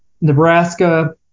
Nebraska